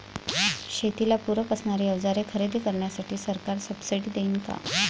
शेतीला पूरक असणारी अवजारे खरेदी करण्यासाठी सरकार सब्सिडी देईन का?